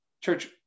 Church